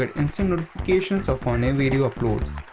but and so notifications of our new video uploads.